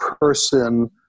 person